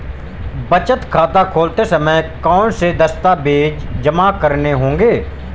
बचत खाता खोलते समय कौनसे दस्तावेज़ जमा करने होंगे?